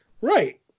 Right